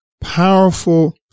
powerful